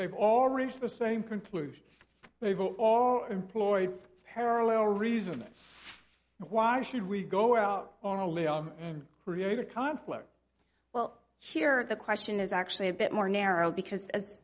they've all reached the same conclusion they've all employed parallel reasons why should we go out on a limb and create a conflict well here the question is actually a bit more narrow because